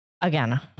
again